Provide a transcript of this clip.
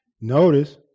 Notice